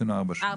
עשינו ארבע שנים.